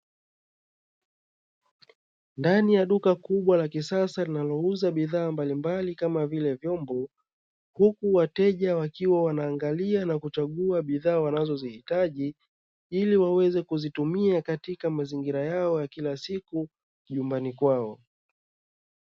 Ndani ya duka kubwa la kisasa linalouza bidhaa mbalimbali kama vile vyombo, huku wateja wakiwa wanaangalia na kuchagua bidhaa wanazozihitaji ili waweze kuzitumia katika mazingira yao ya kila siku nyumbani kwao.